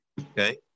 Okay